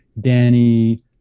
danny